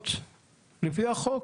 לבנות לפי החוק.